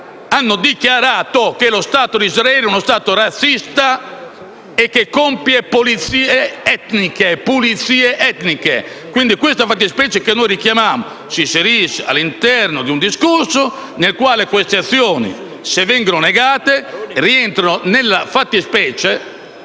hanno dichiarato che lo Stato d'Israele è razzista e che compie pulizia etniche. Quindi, questa fattispecie che noi richiamiamo si inserisce all'interno di un discorso nel quale queste azioni, se vengono negate, rientrano nella fattispecie